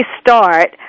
start